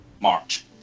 March